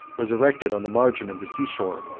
was erected on the margin of the sea-shore,